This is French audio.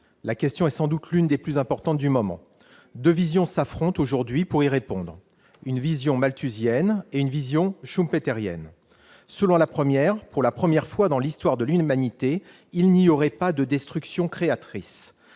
La question est sans doute l'une des plus importantes du moment. Deux visions s'affrontent aujourd'hui pour y répondre : une vision malthusienne et une vision schumpéterienne. Selon la première, pour la première fois dans l'histoire de l'humanité, il n'y aurait pas de destruction créatrice,